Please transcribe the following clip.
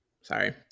Sorry